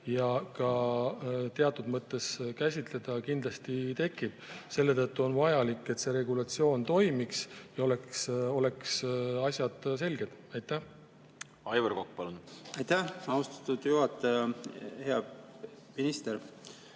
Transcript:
ja ka teatud mõttes käsitleda kindlasti tekib. Selle tõttu on vajalik, et see regulatsioon toimiks ja asjad oleksid selged. Aivar Kokk, palun! Aitäh, austatud juhataja! Hea minister!